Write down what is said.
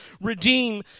redeem